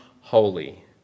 holy